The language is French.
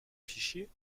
fichier